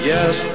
Yes